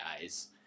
guys